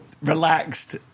relaxed